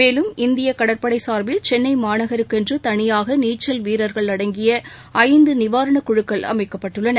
மேலும் இந்திய கடற்படை சார்பில் சென்னை மாநகருக்கு என்று தனியாக நீச்சல் வீரர்கள் அடங்கிய ஐந்து நிவாரணக் குழுக்கள் அமைக்கப்பட்டுள்ளன